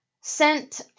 sent